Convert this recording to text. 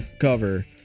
cover